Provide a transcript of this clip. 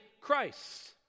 Christ